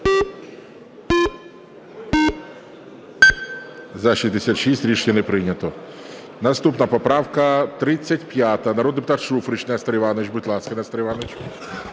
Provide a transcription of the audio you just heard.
За-66 Рішення не прийнято. Наступна поправка 35. Народний депутат Шуфрич Нестор Іванович. Будь ласка, Нестор Іванович.